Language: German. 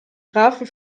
grafen